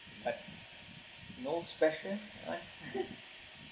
like no special one